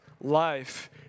life